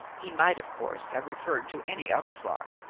he might, of course, have referred to any other clock,